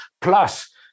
plus